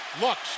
Looks